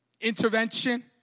intervention